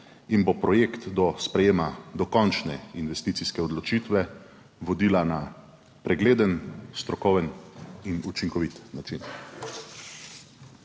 in bo projekt do sprejema dokončne investicijske odločitve vodila na pregleden, strokoven in učinkovit način.